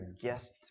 guest